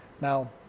Now